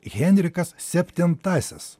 henrikas septintasis